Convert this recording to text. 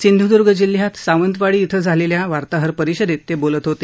सिंधुदर्ग जिल्ह्यात सावंतवाडी इथं आज झालेल्या वार्ताहर परिषदेत ते बोलत होते